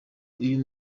uyu